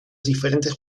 diferentes